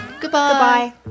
Goodbye